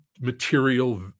material